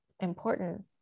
important